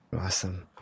awesome